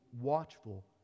watchful